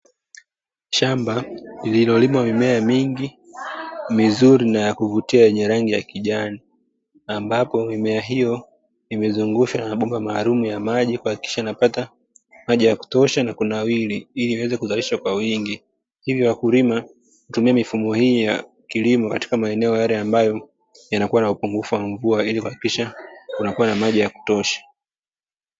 Shamba lililolimwa mimea mingi mizuri na ya kuvutia yenye rangi ya kijani, ambapo mimea hiyo imezungushwa na bomba maalumu ya maji kuhakikisha inapata maji ya kutosha na kunawiri. Ili iweze kuzalishwa kwa wingi, ili wakulima kutumia mifumo hii ya kilimo katika maeneo yale ambayo yanakuwa na upungufu wa mvua, ili kuhakikisha kunakuwa na maji ya kutosha.